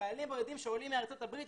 חיילים בודדים שעולים מארצות הברית,